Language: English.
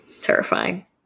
Terrifying